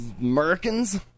Americans